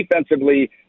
defensively